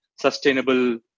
sustainable